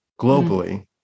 globally